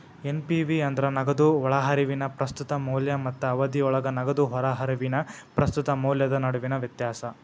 NPV ಅಂದ್ರ ನಗದು ಒಳಹರಿವಿನ ಪ್ರಸ್ತುತ ಮೌಲ್ಯ ಮತ್ತ ಅವಧಿಯೊಳಗ ನಗದು ಹೊರಹರಿವಿನ ಪ್ರಸ್ತುತ ಮೌಲ್ಯದ ನಡುವಿನ ವ್ಯತ್ಯಾಸ